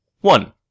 One